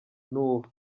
nuba